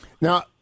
Now